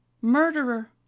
murderer